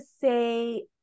say